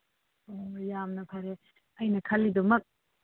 ꯑꯣ ꯌꯥꯝꯅ ꯐꯔꯦ ꯑꯩꯅ ꯈꯜꯂꯤꯗꯨꯃꯛ